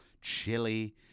Chili